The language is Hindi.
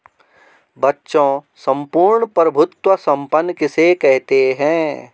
बच्चों सम्पूर्ण प्रभुत्व संपन्न किसे कहते हैं?